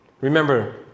remember